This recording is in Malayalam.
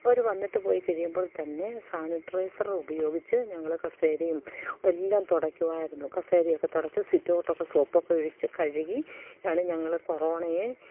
അവര് വന്നിട്ട് പോയിക്കഴിയുമ്പോൾ തന്നെ സാനിറ്റട്രൈസറുപയോഗിച്ച് ഞങ്ങള് കസേരയും എല്ലാം തുടയ്ക്കുമായിരുന്നു കസേരയൊക്കെ തുടച്ച് സിറ്റൗട്ടൊക്കെ സോപ്പൊക്കെ ഒഴിച്ച് കഴുകിയാണ് ഞങ്ങള് കൊറോണയെ